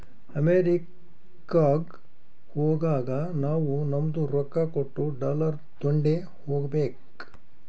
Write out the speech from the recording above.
ಅಮೆರಿಕಾಗ್ ಹೋಗಾಗ ನಾವೂ ನಮ್ದು ರೊಕ್ಕಾ ಕೊಟ್ಟು ಡಾಲರ್ ತೊಂಡೆ ಹೋಗ್ಬೇಕ